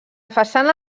façana